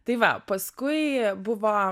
tai va paskui buvo